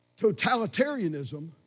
totalitarianism